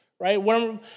Right